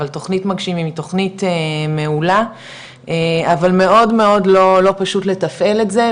אבל תוכנית מגשימים היא תוכנית מעולה אבל מאוד לא פשוט לתפעל את זה,